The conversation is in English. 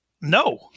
no